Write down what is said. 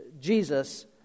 Jesus